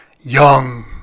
Young